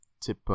tip